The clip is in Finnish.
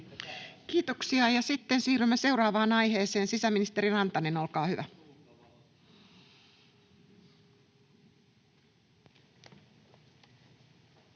Kiitoksia. — Ja sitten siirrymme seuraavaan aiheeseen. — Sisäministeri Rantanen, olkaa hyvä,